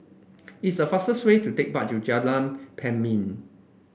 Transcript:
it's a fastest way to take bus to Jalan Pemimpin